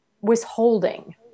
withholding